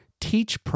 teach